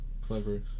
clever